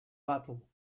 battle